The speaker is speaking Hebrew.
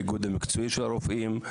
האיגוד המקצועי של הרופאים,